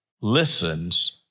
listens